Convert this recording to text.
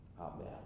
Amen